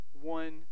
one